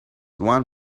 one